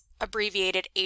abbreviated